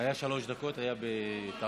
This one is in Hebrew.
היו שלוש דקות, זה היה בטעות.